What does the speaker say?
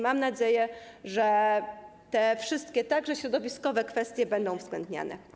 Mam nadzieję, że te wszystkie, także środowiskowe kwestie będą uwzględniane.